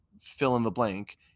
fill-in-the-blank